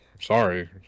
Sorry